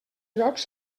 llocs